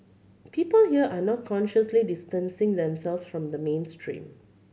people here are not consciously distancing themselves from the mainstream